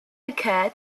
occur